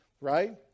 right